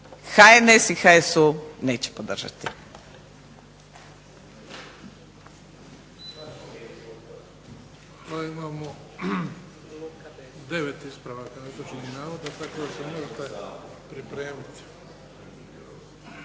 HNS i HSU neće podržati.